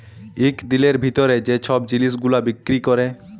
ইক দিলের ভিতরে যে ছব জিলিস গুলা বিক্কিরি ক্যরে